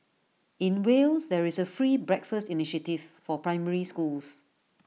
in Wales there is A free breakfast initiative for primary schools